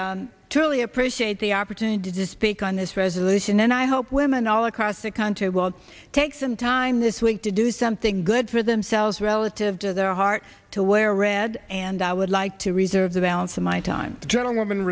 i truly appreciate the opportunity to speak on this resolution and i hope women all across the country will take some time this week to do something good for themselves relative to their heart to wear red and i would like to reserve the balance of my time journal